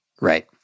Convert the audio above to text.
Right